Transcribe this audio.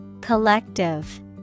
Collective